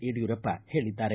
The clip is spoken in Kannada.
ಯಡಿಯೂರಪ್ಪ ಹೇಳಿದ್ದಾರೆ